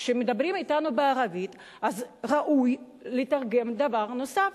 כשמדברים אתנו בערבית, אז ראוי לתרגם דבר נוסף